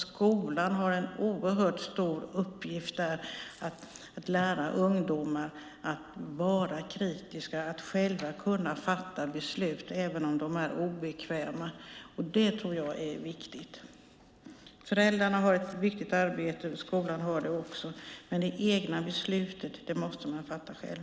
Skolan har en oerhört stor och viktig uppgift i att lära ungdomar att vara kritiska och själva kunna fatta beslut, även om de är obekväma. Föräldrarna har ett viktigt arbete, skolan också. Men det egna beslutet måste man fatta själv.